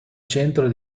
centro